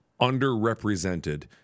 underrepresented